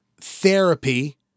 therapy